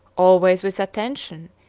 always with attention,